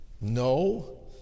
no